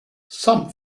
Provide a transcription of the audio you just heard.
some